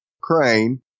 Crane